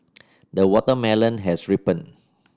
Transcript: the watermelon has ripened